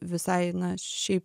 visai na šiaip